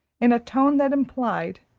in a tone that implied